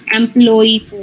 employee